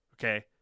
okay